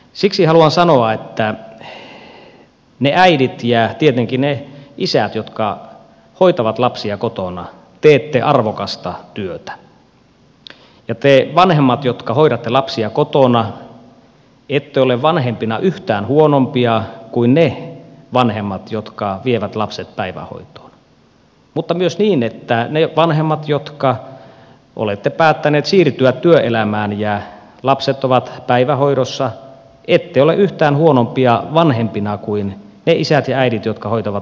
siksi haluan sanoa että te äidit ja tietenkin te isät jotka hoidatte lapsia kotona teette arvokasta työtä ja te vanhemmat jotka hoidatte lapsia kotona ette ole vanhempina yhtään huonompia kuin ne vanhemmat jotka vievät lapset päivähoitoon mutta myös niin että te vanhemmat jotka olette päättäneet siirtyä työelämään ja joiden lapset ovat päivähoidossa ette ole yhtään huonompia vanhempina kuin ne isät ja äidit jotka hoitavat lapsia kotona